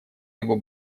его